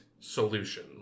solution